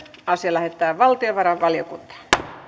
asia lähetetään valtiovarainvaliokuntaan